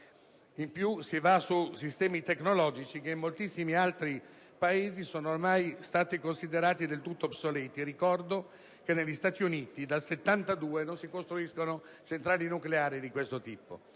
si punta su sistemi tecnologici che in moltissimi altri Paesi sono ormai considerati del tutto obsoleti: ricordo che negli Stati Uniti dal 1972 non si costruiscono centrali nucleari di questo tipo.